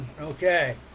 okay